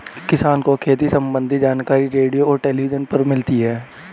किसान को खेती सम्बन्धी जानकारी रेडियो और टेलीविज़न पर मिलता है